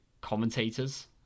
commentators